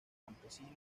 campesinos